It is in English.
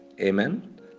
Amen